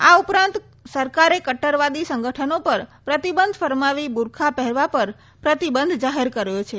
આ ઉપરાંત સરકારે ક્ટરવાદી સંગઠનો પર પ્રતિબંધ ફરમાવી બુરખા પહેરવા પર પ્રતિબંધ જાહેર કર્યો છે